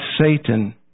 Satan